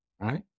right